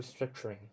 restructuring